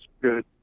good